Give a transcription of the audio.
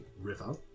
river